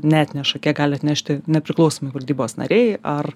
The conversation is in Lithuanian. neatneša kiek gali atnešti nepriklausomi valdybos nariai ar